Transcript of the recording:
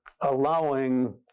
allowing